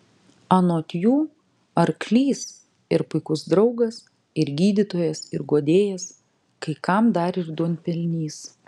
anot jų arklys ir puikus draugas ir gydytojas ir guodėjas kai kam dar ir duonpelnys